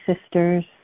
sisters